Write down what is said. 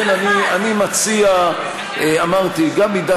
חיים כאן, מכירים את המציאות,